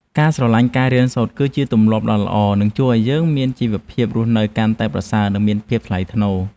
ការស្រឡាញ់ការរៀនសូត្រ គឺជាទម្លាប់ដ៏ល្អដែលនឹងជួយឱ្យយើងមានជីវភាពរស់នៅកាន់តែប្រសើរនិងមានភាពថ្លៃថ្នូរ។